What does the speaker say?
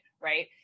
right